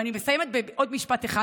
ואני מסיימת בעוד משפט אחד,